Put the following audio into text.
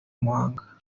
muhanga